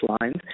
lines